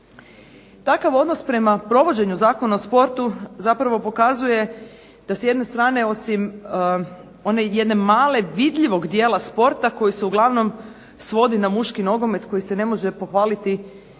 Takav odnos prema provođenju Zakona o sportu zapravo pokazuje da, s jedne strane, osim one jednog malog vidljivog dijela sporta koji se uglavnom svodi na muški nogomet koji se ne može pohvaliti niti